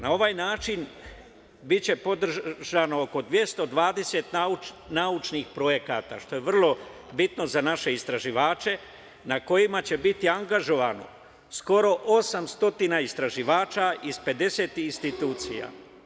Na ovaj način biće podržano oko 220 naučnih projekata, što je vrlo bitno za naše istraživače, na kojima će biti angažovano skoro 800 istraživača iz 50 institucija.